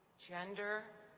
gender,